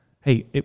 Hey